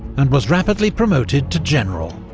and was rapidly promoted to general.